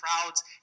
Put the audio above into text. crowds